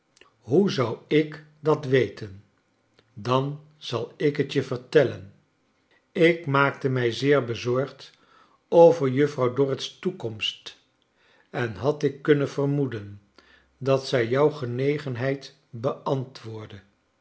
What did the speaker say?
hoe zou ik hat weten dan zal ik het je vertellen ik maakte mij zeer bezorgd over juffrouw dorrit's toekomst en had ik kunnen vermoeden dat zij jou genegenheid beantwoordde